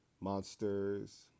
Monsters